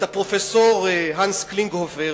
את פרופסור הנס קלינגהופר,